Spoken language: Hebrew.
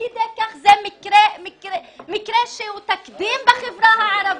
זה מקרה שהוא תקדים בחברה הערבית.